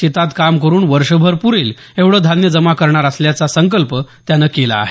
शेतात काम करुन वर्षभर पुरेल एवढं धान्य जमा करणार असल्याचा संकल्प त्यानं केला आहे